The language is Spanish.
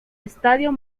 estadio